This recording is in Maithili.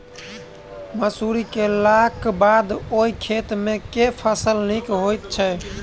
मसूरी केलाक बाद ओई खेत मे केँ फसल नीक होइत छै?